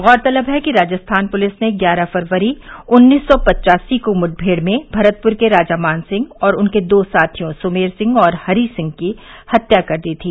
गौरतलब है कि राजस्थान पुलिस ने ग्यारह फरवरी उन्नीस सौ पचासी को मुठभेड़ में भरतपुर के राजा मानसिंह और उनके दो साथियों सुमेर सिंह और हरी सिंह की हत्या कर दी थी